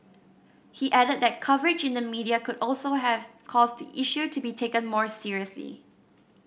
he added that coverage in the media could also have caused the issue to be taken more seriously